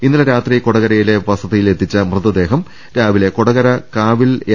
ഇന്നലെ രാത്രി കൊടകരയിലെ വസതിയിലെത്തിച്ച മൃതദേഹം രാവിലെ കൊടകര കാവിൽ എൻ